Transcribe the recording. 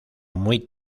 muy